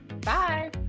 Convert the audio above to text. Bye